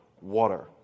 water